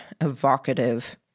evocative